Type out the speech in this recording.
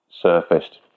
surfaced